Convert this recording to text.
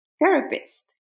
therapist